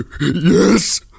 Yes